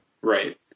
Right